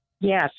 Yes